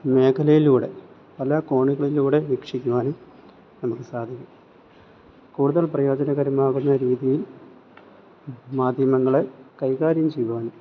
മേഖലയിലൂടെ പല കോണുകളിലൂടെ വീക്ഷിക്കുവാനും നമുക്ക് സാധിക്കും കൂടുതൽ പ്രയോജനകരമാകുന്ന രീതിയിൽ മാധ്യമങ്ങളെ കൈകാര്യം ചെയ്യുവാനും